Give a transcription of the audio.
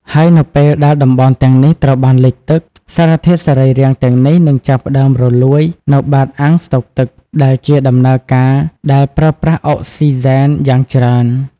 ហើយនៅពេលដែលតំបន់ទាំងនេះត្រូវបានលិចទឹក សារធាតុសរីរាង្គទាំងនេះនឹងចាប់ផ្តើមរលួយនៅបាតអាងស្តុកទឹក ដែលជាដំណើរការដែលប្រើប្រាស់អុកស៊ីហ្សែនយ៉ាងច្រើន។